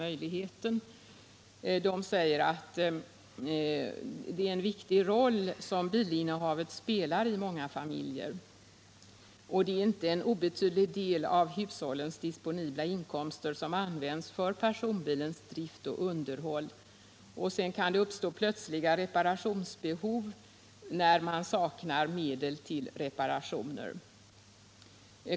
Motionärerna säger att bilinnehavet spelar en viktig roll i många familjer. Det är inte en obetydlig del av hushållens disponibla inkomster som används för personbilens drift och underhåll. Det kan uppstå plötsliga reparationsbehov när man saknar medel till reparationer.